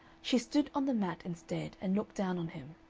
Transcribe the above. she stood on the mat instead, and looked down on him.